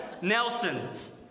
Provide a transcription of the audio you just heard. Nelson's